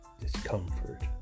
discomfort